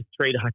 trade